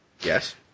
Yes